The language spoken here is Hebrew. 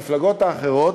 המפלגות האחרות,